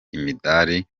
imidali